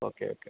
okay okay